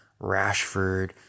Rashford